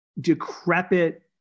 decrepit